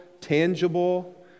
tangible